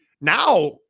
now